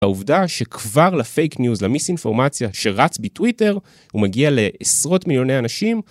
העובדה שכבר לפייק ניוז, למיס אינפורמציה שרץ בטוויטר הוא מגיע לעשרות מיליוני אנשים